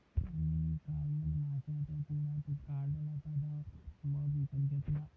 मी काल मधमाश्यांच्या पोळ्यातून काढलेला ताजा मध विकत घेतला